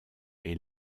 est